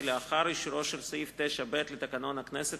כי לאחר אישורו של סעיף 9ב לתקנון הכנסת,